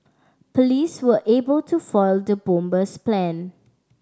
police were able to foil the bomber's plan